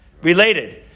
Related